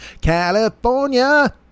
california